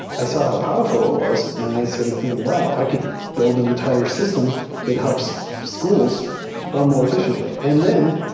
i saw how powerful it was and i started thinking, wow! i could build an entire system that helps schools run more efficiently. and then